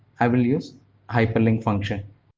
i will use hyperlink function.